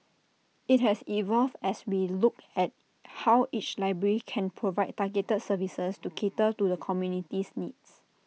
IT has evolved as we look at how each library can provide targeted services to cater to the community's needs